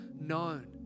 known